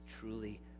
truly